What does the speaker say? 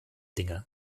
dinge